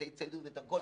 את ההצטיידות וכו',